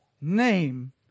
name